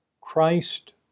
Christ